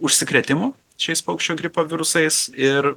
užsikrėtimų šiais paukščių gripo virusais ir